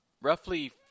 roughly